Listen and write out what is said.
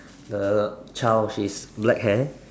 the child she's black hair